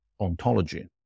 ontology